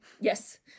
Yes